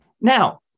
Now